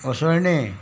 असोळडें